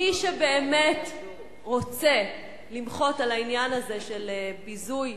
מי שבאמת רוצה למחות על העניין הזה של ביזוי,